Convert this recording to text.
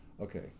okay